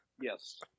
Yes